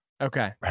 Okay